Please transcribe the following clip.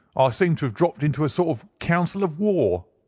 ah seem to have dropped into a sort of council of war.